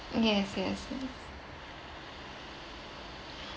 yes yes yes